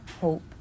hope